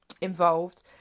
involved